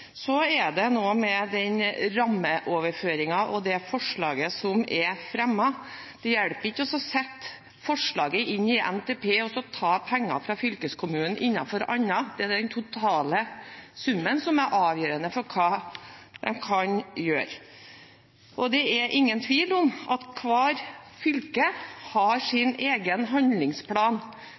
Så er det noe med den rammeoverføringen og det forslaget som er fremmet. Det hjelper ikke å sette forslaget inn i NTP og så ta penger fra fylkeskommunen innenfor noe annet; det er den totale summen som er avgjørende for hva en kan gjøre. Det er ingen tvil om at hvert fylke har sin egen handlingsplan,